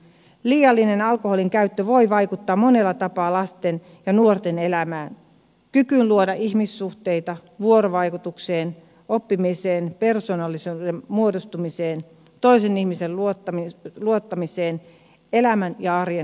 liiallinen alkoholinkäyttö voi vaikuttaa monella tapaa lasten ja nuorten elämään kykyyn luoda ihmissuhteita vuorovaikutukseen oppimiseen persoonallisuuden muodostumiseen toiseen ihmiseen luottamiseen elämän ja arjen hallintaan